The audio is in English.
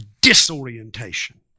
disorientation